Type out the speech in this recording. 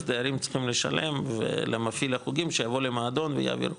הדיירים צריכים לשלם למפעיל החוגים שיבוא למועדון ויעביר חוג.